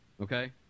okay